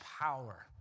power